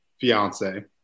fiance